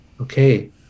okay